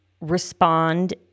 respond